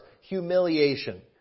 humiliation